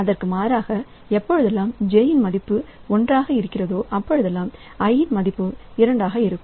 அதற்கு மாறாக எப்பொழுதெல்லாம் j இன் மதிப்பு ஒன்றாகி இருக்கிறதோ அப்பொழுதெல்லாம் i இன் மதிப்பு இரண்டாக இருக்கும்